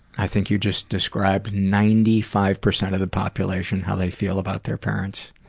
i think you just described ninety five percent of the population, how they feel about their parents.